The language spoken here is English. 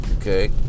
okay